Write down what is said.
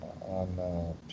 on